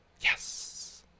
yes